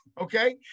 Okay